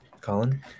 Colin